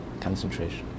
concentration